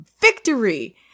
victory